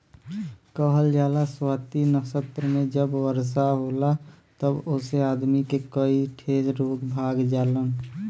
कहल जाला स्वाति नक्षत्र मे जब वर्षा होला तब ओसे आदमी के कई ठे रोग भाग जालन